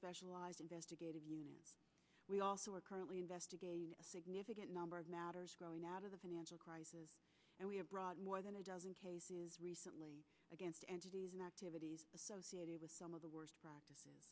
specialized investigative unit we also are currently investigating a significant number of matters growing out of the financial crisis and we have brought more than a dozen cases recently against activities associated with some of the worst practices